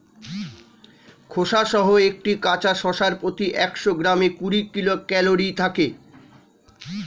খোসাসহ একটি কাঁচা শসার প্রতি একশো গ্রামে কুড়ি কিলো ক্যালরি থাকে